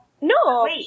No